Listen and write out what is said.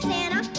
Santa